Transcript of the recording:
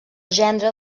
gendre